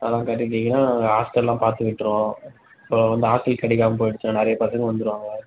அதெலாம் கட்டிவிட்டீங்கன்னா ஹாஸ்ட்டெல்லாம் பார்த்து விட்டுடுறோம் ஸோ வந்து ஹாஸ்டல் கிடைக்காம போயிடுச்சுன்னா நிறையா பசங்கள் வந்துடுவாங்க